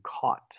caught